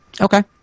Okay